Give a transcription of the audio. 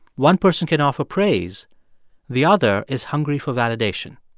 one person can offer praise the other is hungry for validation.